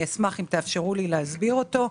אני אשמח אם תאפשרו לי להסביר אותו.